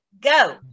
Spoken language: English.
Go